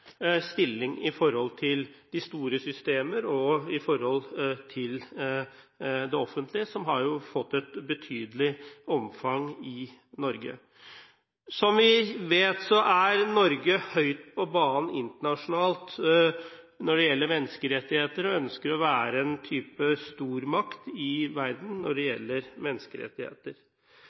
stilling i forhold til de store systemer og i forhold til det offentlige, som har fått et betydelig omfang i Norge. Som vi vet, er Norge høyt på banen internasjonalt når det gjelder menneskerettigheter, og vi ønsker å være en type stormakt i verden når det gjelder menneskerettigheter.